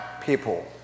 people